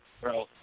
bro